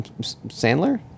sandler